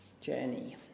journey